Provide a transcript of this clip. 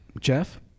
Jeff